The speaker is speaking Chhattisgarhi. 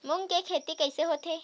मूंग के खेती कइसे होथे?